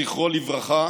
זכרו לברכה,